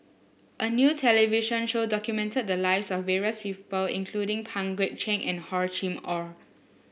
a new television show documented the lives of various people including Pang Guek Cheng and Hor Chim Or